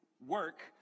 work